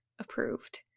approved